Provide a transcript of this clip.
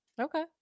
Okay